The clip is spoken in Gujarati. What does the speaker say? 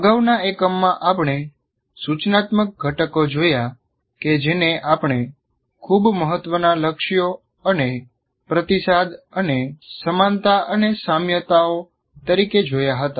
અગાઉના એકમમાં આપણે સૂચનાત્મક ઘટકો જોયા કે જેને આપણે ખૂબ મહત્વના લક્ષ્યો અને પ્રતિસાદ અને સમાનતા અને સામ્યતાઓ તરીકે જોયા હતા